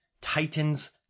titans